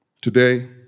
Today